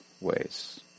ways